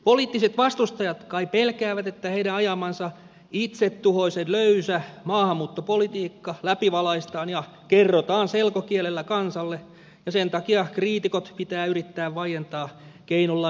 poliittiset vastustajat kai pelkäävät että heidän ajamansa itsetuhoisen löysä maahanmuuttopolitiikka läpivalaistaan ja kerrotaan selkokielellä kansalle ja sen takia kriitikot pitää yrittää vaientaa keinolla millä hyvänsä